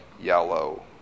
yellow